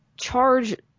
charge